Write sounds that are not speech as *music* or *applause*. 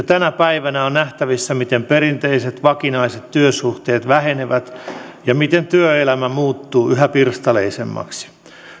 *unintelligible* tänä päivänä on nähtävissä miten perinteiset vakinaiset työsuhteet vähenevät ja miten työelämä muuttuu yhä pirstaleisemmaksi